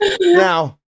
Now